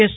S